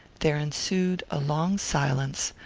there ensued a long silence,